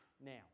now